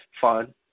fun